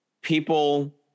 people